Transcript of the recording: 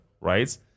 right